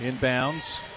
Inbounds